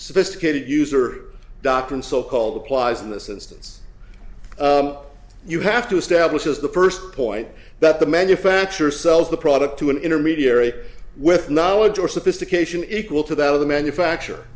sophisticated user doctrine so called applies in this instance you have to establish as the first point that the manufacturer sells the product to an intermediary with knowledge or sophistication equal to that of the manufacture